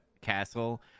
castle